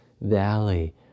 valley